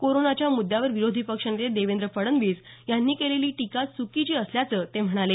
कोरोनाच्या मुद्यावर विरोधी पक्षनेते देवेंद्र फडणवीस यांनी केलेली टीका चुकीची असल्याचं ते म्हणाले